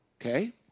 Okay